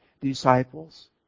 disciples